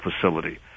facility